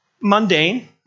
mundane